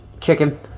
chicken